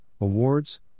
Awards